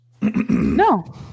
No